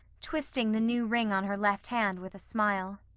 twisting the new ring on her left hand with a smile.